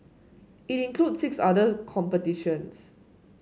it includes six other competitions